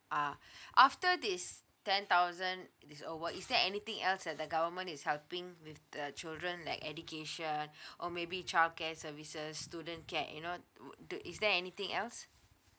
ah after this ten thousand is over is there anything else that the government is helping with the children like education or maybe childcare services student care you know would do~ is there anything else